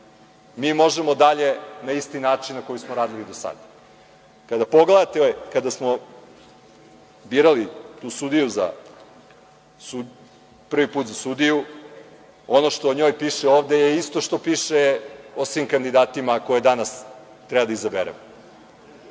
mi možemo dalje na isti način na koji smo radili do sad. Kada pogledate, kada smo birali tu sudiju prvi put za sudiju, ono što o njoj piše ovde je isto što piše o svim kandidatima koje danas treba da izaberemo.